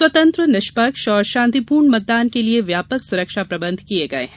स्वतंत्र निष्पक्ष और शांतिपुर्ण मतदान के लिये व्यापक सुरक्षा प्रबंध किये गये हैं